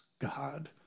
God